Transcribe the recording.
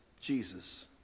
Jesus